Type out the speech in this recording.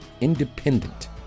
independent